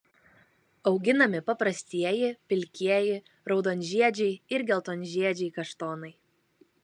auginami paprastieji pilkieji raudonžiedžiai ir geltonžiedžiai kaštonai